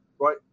Right